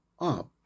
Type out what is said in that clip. up